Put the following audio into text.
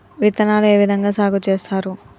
విత్తనాలు ఏ విధంగా సాగు చేస్తారు?